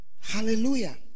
hallelujah